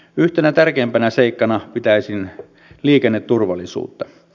yhtenä tärkeimpänä seikkana pitäisin liikenneturvallisuutta